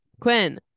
Quinn